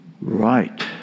Right